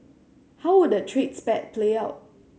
how would the trade spat play out